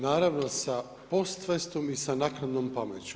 Naravno sa postfestom i sa naknadnom pameću.